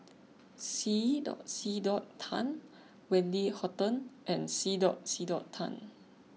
C C Tan Wendy Hutton and C C Tan